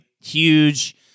huge